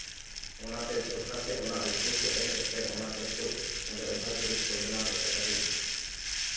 ᱚᱱᱟᱛᱮ ᱥᱚᱨᱠᱟᱨ ᱴᱷᱮᱡ ᱚᱱᱟ ᱚᱵᱷᱤᱡᱳᱜᱽ ᱠᱚ ᱮᱢ ᱠᱮᱛ ᱛᱮ ᱚᱱᱟᱛᱮ ᱱᱤᱛᱳᱜ ᱚᱸᱰᱮ ᱚᱵᱷᱟᱨ ᱵᱨᱤᱡ ᱠᱚ ᱵᱮᱱᱟᱣ ᱠᱮᱫ ᱛᱮ ᱠᱟᱹᱴᱤᱡ